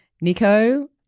Nico